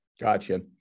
Gotcha